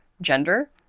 gender